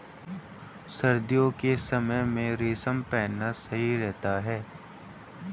सर्दियों के समय में रेशम पहनना सही रहता है